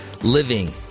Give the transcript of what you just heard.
living